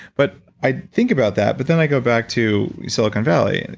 but i'd think about that but then i go back to silicon valley,